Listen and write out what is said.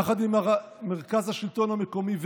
יחד עם מרכז השלטון המקומי,